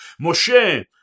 Moshe